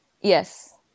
Yes